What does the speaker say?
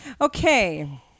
Okay